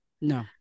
No